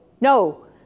no